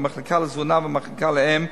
המחלקה לתזונה והמחלקה לאם,